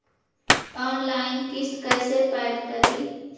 Online किस्त कैसे paid करि?